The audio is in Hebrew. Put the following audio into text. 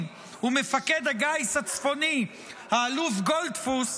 ומפקד הגיס הצפוני האלוף גולדפוס,